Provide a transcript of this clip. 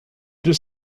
deux